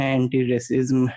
anti-racism